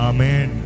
Amen